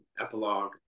epilogue